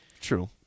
True